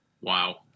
Wow